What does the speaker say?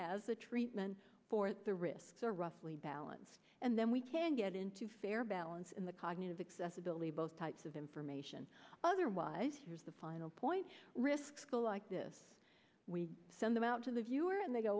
as the treatment for the risks or roughly balance and then we can get into fair balance in the cognitive accessibility both types of information otherwise here's the final point risk school like this we send them out to the viewer and they go